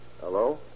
Hello